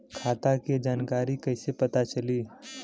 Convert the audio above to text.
खाता के जानकारी कइसे पता चली?